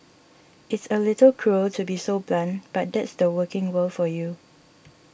it's a little cruel to be so blunt but that's the working world for you